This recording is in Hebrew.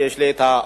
שיש לי העונג